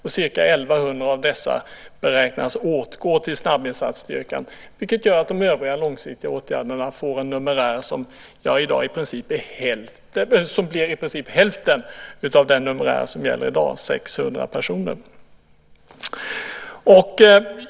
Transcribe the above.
Ca 1 100 av dessa beräknas åtgå till snabbinsatsstyrkan, vilket gör att de övriga långsiktiga åtgärderna får en numerär som i princip blir hälften av den som gäller i dag, 600 personer.